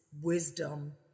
wisdom